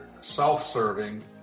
self-serving